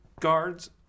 guards